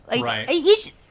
Right